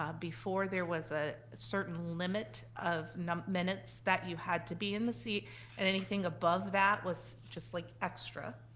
um before, there was a certain limit of minutes that you had to be in the seat and anything above that was just like extra.